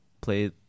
play